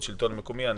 בגדול, אנחנו